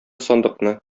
сандыкны